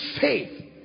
faith